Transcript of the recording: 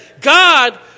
God